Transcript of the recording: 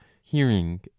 hearing